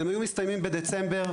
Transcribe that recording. והם היו מסתיימים בדצמבר,